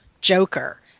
joker